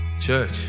Church